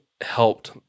helped